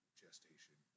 gestation